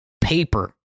Paper